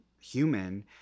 human